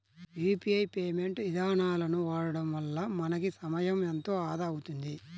UPI payment ఇదానాలను వాడడం వల్ల మనకి సమయం ఎంతో ఆదా అవుతుంది